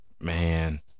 Man